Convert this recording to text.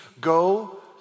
go